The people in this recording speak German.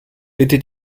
bitte